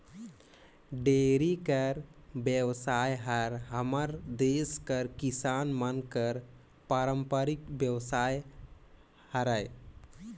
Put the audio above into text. dairy कर बेवसाय हर हमर देस कर किसान मन कर पारंपरिक बेवसाय हरय